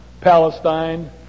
Palestine